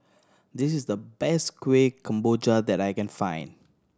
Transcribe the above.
this is the best Kuih Kemboja that I can find